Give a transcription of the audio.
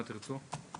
מה תרצו?